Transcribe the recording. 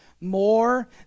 More